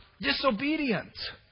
disobedient